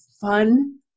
fun